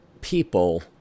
people